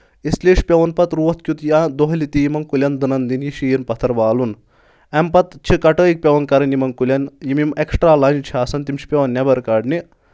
اِس لیے چھُ پیٚوان پَتہٕ راتھ کیُت یا دۄہلہِ تہِ یِمَن کُلؠن دٕنَن دِنۍ یہِ شیٖن پَتھر والُن اَمہِ پَتہٕ چھِ کَٹٲے پیٚوان کَرٕنۍ یِمن کُلؠن یِم یِم ایٚکٕسٹرا لنٛجہِ چھِ آسان تِم چھِ پیٚوان نؠبر کَڑنہِ